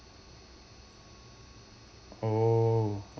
oh